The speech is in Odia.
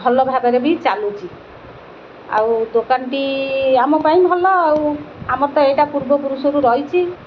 ଭଲ ଭାବରେ ବି ଚାଲୁଛି ଆଉ ଦୋକାନଟି ଆମ ପାଇଁ ଭଲ ଆଉ ଆମର ତ ଏଇଟା ପୂର୍ବପୁରୁଷରୁ ରହିଛି